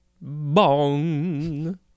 Bong